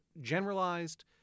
generalized